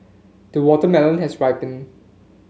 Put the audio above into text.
the watermelon has ripened